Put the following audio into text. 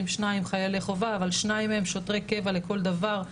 - שניים חיילי חובה אבל שניים מהם שוטרי קבע לכל דבר.